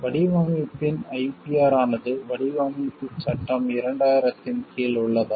வடிவமைப்பின் IPR ஆனது வடிவமைப்புச் சட்டம் 2000 ன் கீழ் உள்ளதா